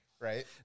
Right